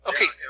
Okay